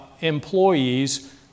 employees